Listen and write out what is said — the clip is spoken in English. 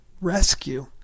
rescue